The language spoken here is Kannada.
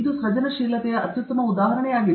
ಇದು ಸೃಜನಶೀಲತೆಯ ಅತ್ಯುತ್ತಮ ಉದಾಹರಣೆಯಾಗಿದೆ